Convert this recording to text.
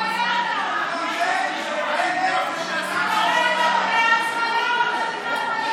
אינה נוכחת שמחה רוטמן,